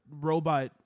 robot